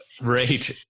Right